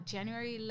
January